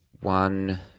one